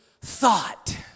thought